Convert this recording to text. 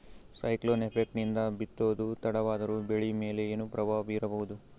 Cyclone effect ನಿಂದ ಬಿತ್ತೋದು ತಡವಾದರೂ ಬೆಳಿ ಮೇಲೆ ಏನು ಪ್ರಭಾವ ಬೀರಬಹುದು?